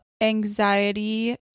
anxiety